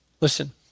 Listen